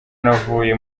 navuye